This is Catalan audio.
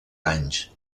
anys